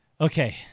Okay